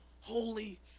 holy